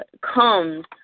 comes